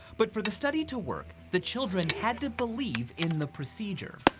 but for the study to work, the children had to believe in the procedure.